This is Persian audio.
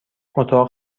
اتاق